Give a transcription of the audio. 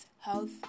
health